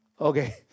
Okay